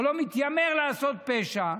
או לא מתיימר לעשות פשע,